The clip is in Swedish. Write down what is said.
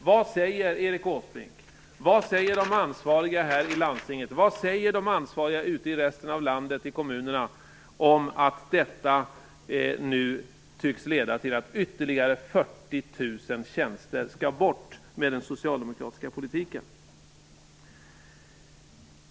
Vad säger Erik Åsbrink, vad säger de ansvariga i landstinget och vad säger de ansvariga i kommunerna i resten landet om att 40 000 tjänster ytterligare nu skall bort med den socialdemokratiska politiken?